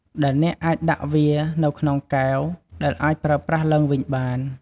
ដែលអ្នកអាចដាក់វានៅក្នុងកែវដែលអាចប្រើប្រាស់ឡើងវិញបាន។